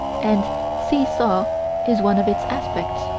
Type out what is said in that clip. and see-saw is one of its aspects.